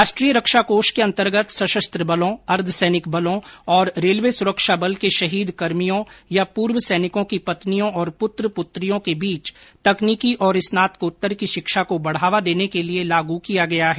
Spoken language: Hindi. राष्ट्रीय रक्षा कोष के अन्तर्गत सशस्त्र बलों अर्ध सैनिक बलों और रेलवे सुरक्षा बल के शहीद कर्मियों या पूर्व सैनिकों की पत्नियों और पुत्र पुत्रियों के बीच तकनीकी और स्नातकोत्तर की शिक्षा को बढावा देने के लिए लाग किया गया है